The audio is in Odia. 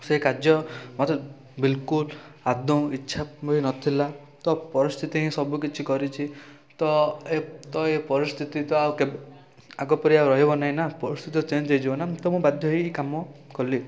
ସେ କାର୍ଯ୍ୟ ମୋତେ ବିଲକୁଲ ଆଦୌ ଇଚ୍ଛା ହିଁ ନଥିଲା ତ ପରିସ୍ଥିତି ହିଁ ସବୁକିଛି କରିଛି ତ ଏ ଏ ପରିସ୍ଥିତି ତ ଆଉ କେବେ ଆଗ ପରି ରହିବ ନାହିଁ ନା ପରିସ୍ଥିତି ଚେଞ୍ଜ ହେଇଯିବ ନା ତ ମୁଁ ବାଧ୍ୟ ହେଇ କାମ କଲି